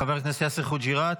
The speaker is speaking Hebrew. חבר הכנסת יאסר חוגי'ראת,